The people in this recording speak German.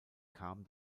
kam